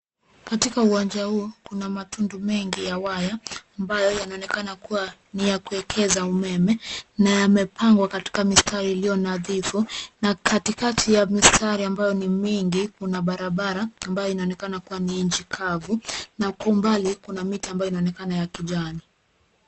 Katika uwanja huu kuna matundu mengi ya waya ambayo yanaonekana kuwa ni ya kuwekeza umeme. Ni yamepangwa katika mistari iliyo nadhifu na katikati ya mistari ambayo ni migi, kuna barabara ambayo inaonekana kuwa ni nchi kavu na huko mbali kuna miti ambayo inayonekana ni ya kijani.